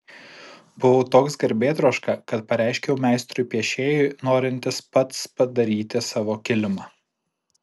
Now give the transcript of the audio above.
buvau toks garbėtroška kad pareiškiau meistrui piešėjui norintis pats padaryti savo kilimą